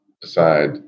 decide